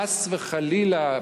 חס וחלילה,